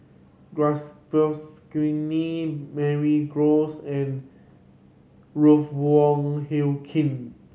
Mary Gomes and Ruth Wong Hie King